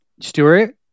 Stewart